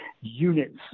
units